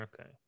Okay